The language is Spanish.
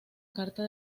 carta